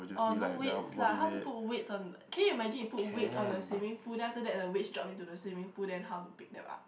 orh no weights lah how to put weights on can you imagine you put weights on a swimming pool then after that the weights drop into the swimming pool then how to pick them up